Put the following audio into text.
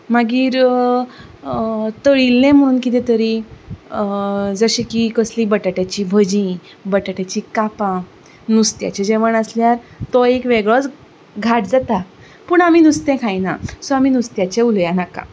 मागीर तळिल्ले म्हूण कितें तरी जशें की कसली बटाटाची भजीं बटाटाचीं कापां नुस्त्याचें जेवण आसल्यार तो एक वेगळोच घाट जाता पूण आमी नुस्तें खायनात सो आमी नुस्त्याचें उलोवया नाका